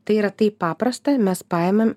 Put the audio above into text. tai yra taip paprasta mes paėmėm